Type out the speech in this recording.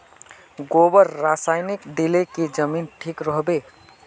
गोबर रासायनिक दिले की जमीन ठिक रोहबे?